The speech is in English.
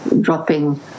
dropping